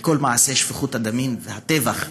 על כל מעשי שפיכות הדמים והטבח,